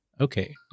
Okay